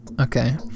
Okay